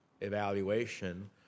evaluation